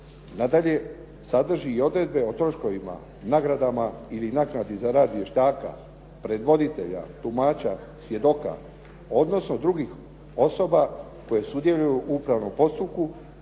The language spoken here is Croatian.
nadalje, sadrži i odredbe o troškovima, nagradama ili naknadi za rad vještaka, prevoditelja, tumača, svjedoka, odnosno drugih osoba koje sudjeluju u upravnom postupku